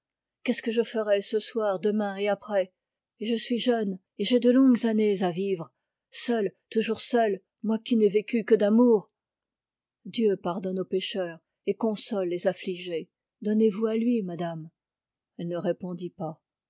qu'est-ce que je ferai ce soir demain et après et je suis jeune et j'ai de longues années à vivre seule toujours seule moi qui n'ai vécu que d'amour dieu pardonne aux pécheurs et console les affligés donnez-vous à lui madame elle ne répondit pas